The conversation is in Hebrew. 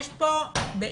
יש כאן בעיניי